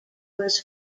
was